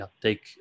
take